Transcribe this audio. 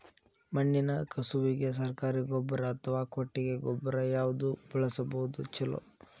ಮಣ್ಣಿನ ಕಸುವಿಗೆ ಸರಕಾರಿ ಗೊಬ್ಬರ ಅಥವಾ ಕೊಟ್ಟಿಗೆ ಗೊಬ್ಬರ ಯಾವ್ದು ಬಳಸುವುದು ಛಲೋ?